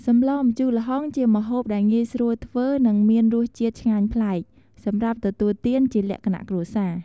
សម្លម្ជូរល្ហុង ជាម្ហូបដែលងាយស្រួលធ្វើ និងមានរសជាតិឆ្ងាញ់ប្លែក សម្រាប់ទទួលទានជាលក្ខណៈគ្រួសារ។